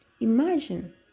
Imagine